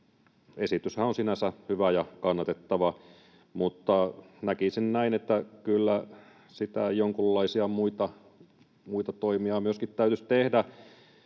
esityshän on sinänsä hyvä ja kannatettava, mutta näkisin näin, että kyllä sitä jonkunlaisia muita toimia myöskin täytyisi tehdä.